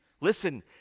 listen